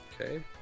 Okay